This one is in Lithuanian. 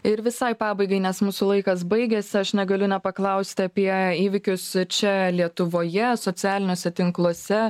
ir visai pabaigai nes mūsų laikas baigiasi aš negaliu nepaklausti apie įvykius čia lietuvoje socialiniuose tinkluose